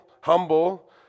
humble